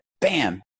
bam